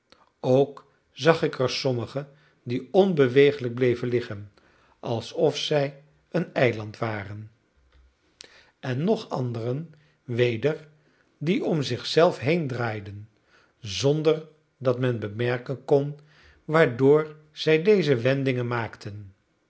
ook zag ik er sommigen die onbeweeglijk bleven liggen alsof zij een eiland waren en nog anderen weder die om zich zelf heendraaiden zonder dat men bemerken kon waardoor zij deze wendingen maakten